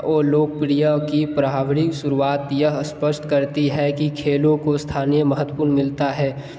वो लोकप्रिय की प्राहबरी शुरुवात यह स्पष्ट करती है कि खेलों को स्थानीय महत्व मिलता है